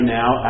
now